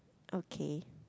okay